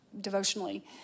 devotionally